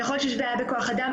יכול להיות שיש בעיה בכוח אדם,